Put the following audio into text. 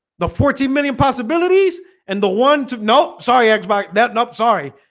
the fourteen million possibilities and the ones have no. sorry extract that not sorry.